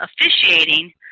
officiating